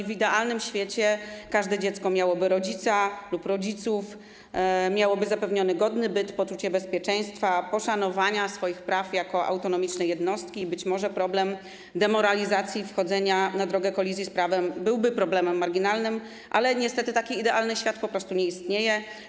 W idealnym świecie każde dziecko miałoby rodzica lub rodziców, miałoby zapewniony godny byt, poczucie bezpieczeństwa, poszanowania swoich praw jako autonomicznej jednostki, i wtedy być może problem demoralizacji, wchodzenia na drogę kolizji z prawem byłby problem marginalnym, ale niestety taki idealny świat po prostu nie istnieje.